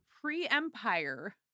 pre-empire